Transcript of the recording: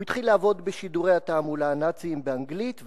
הוא התחיל לעבוד בשידורי התעמולה הנאציים באנגלית,